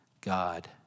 God